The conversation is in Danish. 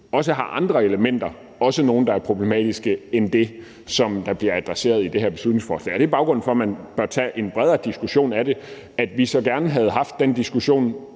også har andre elementer – også nogle, der er mere problematiske end det, der bliver adresseret i det her beslutningsforslag. Og det er baggrunden for, at man bør tage en bredere diskussion af det. At vi så gerne havde haft den diskussion